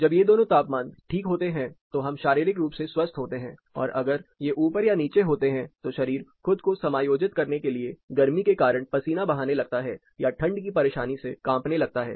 जब ये दोनों तापमान ठीक होते हैं तो हम शारीरिक रूप से स्वस्थ होते हैं और अगर ये ऊपर या नीचे होते हैं तो शरीर खुद को समायोजित करने के लिए गर्मी के कारण पसीना बहाने लगता है या ठंड की परेशानी से कांपने लगता है